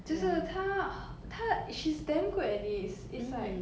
就是她她 she's damn good at this it's like